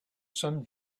some